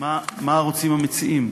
מה רוצים המציעים?